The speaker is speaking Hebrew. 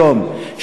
היום,